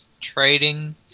trading